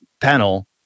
panel